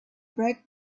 broke